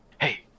hey